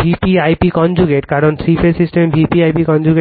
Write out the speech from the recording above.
Vp I p conjugate কারণ three phase system Vp I p conjugate 3